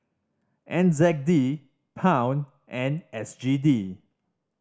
N Z D Pound and S G D